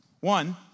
One